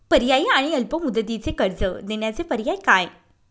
पर्यायी आणि अल्प मुदतीचे कर्ज देण्याचे पर्याय काय?